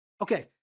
Okay